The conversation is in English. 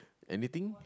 anything